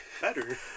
better